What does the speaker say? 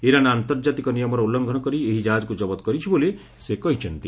Iran ଆନ୍ତର୍ଜାତିକ ନିୟମର ଉଲୁଘନ କରି ଏହି ଜାହାଜକୁ ଜବତ କରିଛି ବୋଲି ସେ କହିଛନ୍ତି